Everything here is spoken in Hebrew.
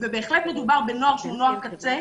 בהחלט מדובר בנוער שהוא נוער קצה.